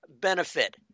benefit